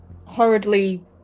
horridly